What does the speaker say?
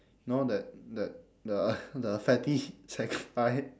now that that the the